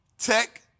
Tech